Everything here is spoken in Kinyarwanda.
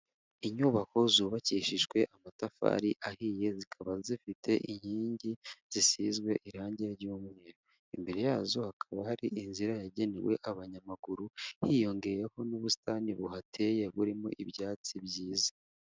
Inyubako zubakishijwe amatafari ahiye, zikaba zifite inkingi zisizwe irangi ry'umweru, imbere yazo hakaba hari inzira yagenewe abanyamaguru hiyongeyeho n'ubusitani buhateye burimo ibyatsi byiza.